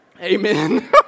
Amen